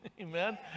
Amen